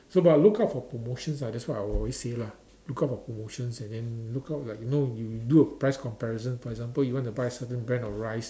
so but look out for promotions ah that's what I always say lah look out for promotions and then look out like you know you do a price comparison for example you want to buy certain brand of rice